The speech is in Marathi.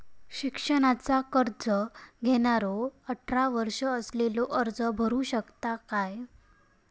शिक्षणाचा कर्ज घेणारो अठरा वर्ष असलेलो अर्ज करू शकता काय?